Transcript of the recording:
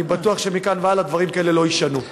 אני בטוח שמכאן והלאה דברים כאלה לא יישנו.